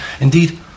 indeed